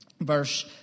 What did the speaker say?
verse